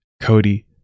Cody